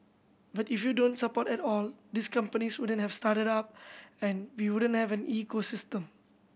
but if you don't support at all these companies wouldn't have started up and we wouldn't have an ecosystem